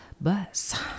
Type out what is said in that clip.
bus